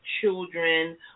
children